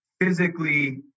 physically